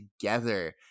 together